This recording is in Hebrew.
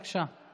בבקשה.